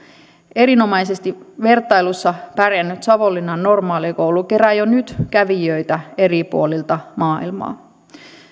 erinomaisesti vertailussa pärjännyt savonlinnan normaalikoulu kerää jo nyt kävijöitä eri puolilta maailmaa